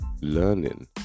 learning